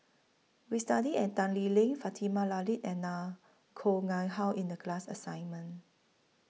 We studied At Tan Lee Leng Fatimah Late and La Koh Nguang How in The class assignment